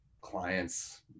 clients